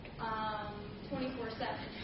24/7